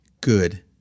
good